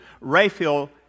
Raphael